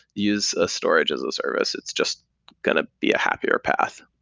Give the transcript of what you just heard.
use a storage as a service. it's just going to be a happier path.